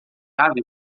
chave